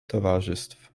towarzystw